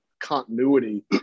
continuity